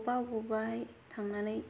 बबेबा बबेबाहाय थांनानै